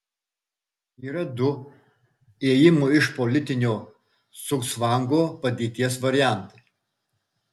yra du ėjimų iš politinio cugcvango padėties variantai